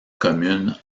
commune